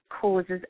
causes